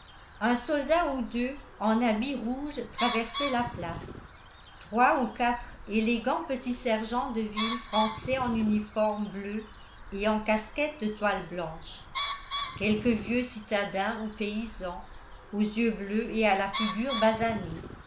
un soldat ou deux en habits rouges traversaient la place trois ou quatre élégants petits sergents de ville français en uniforme bleu et en casquette de toile blanche quelques vieux citadins ou paysans aux yeux bleus et à la figure basanée